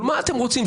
אמרו מה אתם רוצים,